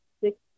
six